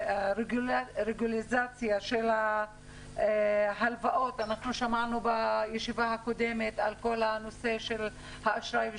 כשהרגולציה של ההלוואות שמענו בישיבה הקודמת על נושא האשראי,